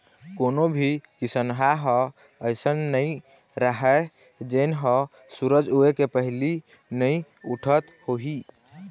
कोनो भी किसनहा ह अइसन नइ राहय जेन ह सूरज उए के पहिली नइ उठत होही